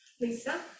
Lisa